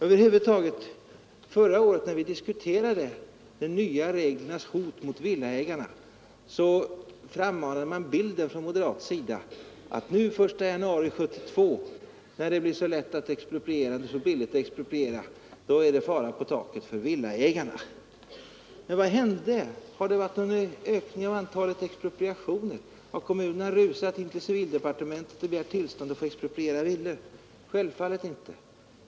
När vi förra året diskuterade de nya reglernas hot mot villaägarna, frammanade man från moderat sida bilden av att den 1 januari 1972, när det blir så billigt och så lätt att expropriera, då är det fara på taket för villaägarna. Vad hände? Har det varit någon ökning av antalet expropriationer? Har kommunerna rusat till civildepartementet och begärt tillstånd att få expropriera villor? Självfallet inte!